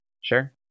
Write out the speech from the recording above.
sure